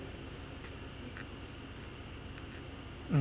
mm